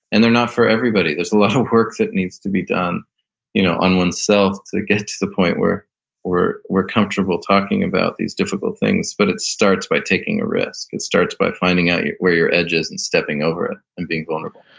and they're not for everybody. there's a lot of work that needs to be done you know on oneself to get to the point where we're we're comfortable talking about these difficult things. but it starts by taking a risk. it starts by find out where your edge is and stepping over it and being vulnerable